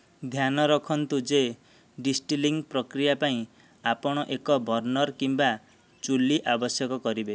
ଧ୍ୟାନ ରଖନ୍ତୁ ଯେ ଡିଷ୍ଟିଲିଂ ପ୍ରକ୍ରିୟା ପାଇଁ ଆପଣ ଏକ ବର୍ଣ୍ଣର କିମ୍ବା ଚୁଲି ଆବଶ୍ୟକ କରିବେ